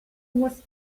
was